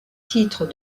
titre